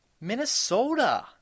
Minnesota